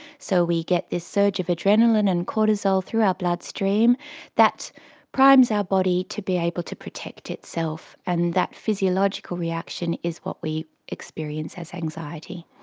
so we get this surge of adrenaline and cortisol through our bloodstream that primes our body to be able to protect itself, and that physiological reaction is what we experience as anxiety.